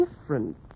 different